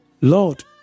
Lord